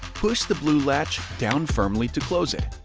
push the blue latch down firmly to close it,